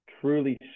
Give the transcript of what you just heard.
truly